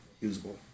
usable